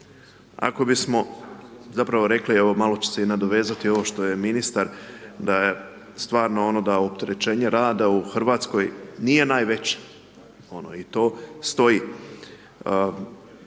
Ako bismo zapravo rekli evo malo ću se i nadovezati ovo što je ministar, da je stvarno da opterećenje rada u Hrvatskoj nije najveće i to stoji,